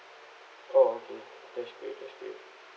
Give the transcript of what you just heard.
oh okay that's great that's great